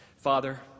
Father